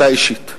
אתה אישית.